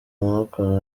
amaboko